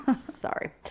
Sorry